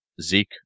Zeke